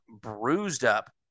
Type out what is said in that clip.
bruised-up